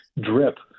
drip